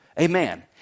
Amen